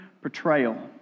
portrayal